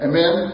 Amen